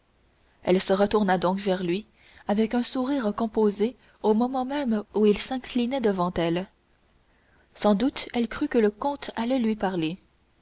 elle se retourna donc vers lui avec un sourire composé au moment même où il s'inclinait devant elle sans doute elle crut que le comte allait lui parler